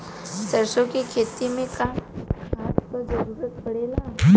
सरसो के खेती में का खाद क जरूरत पड़ेला?